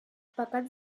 pecats